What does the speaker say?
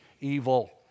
evil